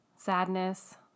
Sadness